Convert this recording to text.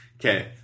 Okay